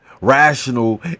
rational